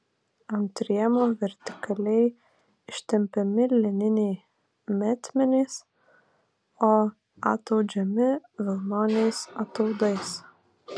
ant rėmo vertikaliai ištempiami lininiai metmenys o ataudžiami vilnoniais ataudais